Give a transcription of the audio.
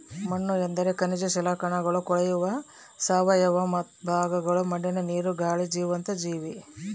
ಮಣ್ಣುಎಂದರೆ ಖನಿಜ ಶಿಲಾಕಣಗಳು ಕೊಳೆತ ಸಾವಯವ ವಸ್ತು ಭಾಗಗಳು ಮಣ್ಣಿನ ನೀರು, ಗಾಳಿ ಜೀವಂತ ಜೀವಿ